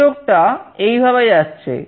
সংযোগ টা এইভাবে যাচ্ছে